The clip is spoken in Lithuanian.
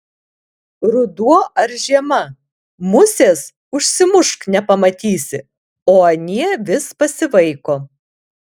ruduo ar žiema musės užsimušk nepamatysi o anie vis pasivaiko